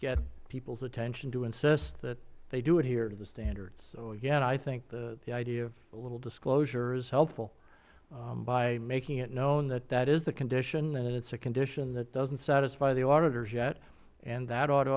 get peoples attention to insist that they do adhere to the standards so again i think the idea of a little disclosure is helpful by making it known that that is the condition and it is a condition that doesnt satisfy the auditors yet and that ought to